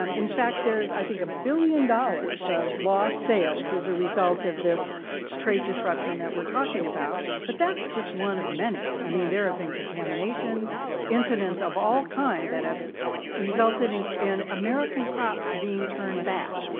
um in fact, there's, i think, a billion dollars of lost sales as a result of this of this trade disruption that we're talking about. but that's just one of many. i mean, there have been contamination incidents of all kinds that have resulted in in american crops being turned back.